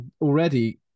already